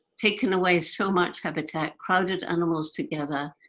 taken away so much habitat, crowded animals together,